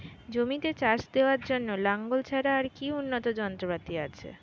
জমিতে চাষ দেওয়ার জন্য লাঙ্গল ছাড়া আর কি উন্নত যন্ত্রপাতি আছে?